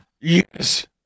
Yes